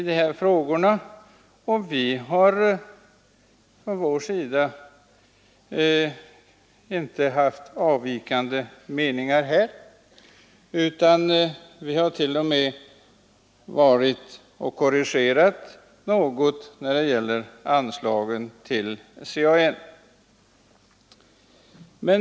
Men vi i centern har inte haft några avvikande meningar från utbildningsministern. Vi har t.o.m. varit med om att något öka anslaget till CAN.